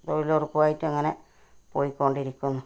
തൊഴിലുറപ്പുമായിട്ട് അങ്ങനെ പോയിക്കൊണ്ടിരിക്കുന്നു